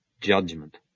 judgment